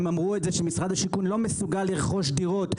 הם אמרו את זה שמשרד השיכון לא מסוגל לרכוש דירות.